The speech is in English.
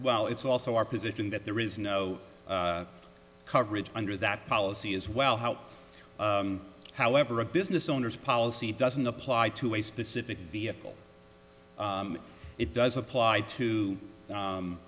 while it's also our position that there is no coverage under that policy as well how however a business owner's policy doesn't apply to a specific vehicle it does apply to